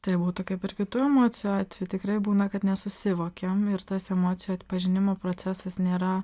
tai būtų kaip ir kitur mat šiuo atveju tikrai būna kad nesusivokiam ir tas emocijų atpažinimo procesas nėra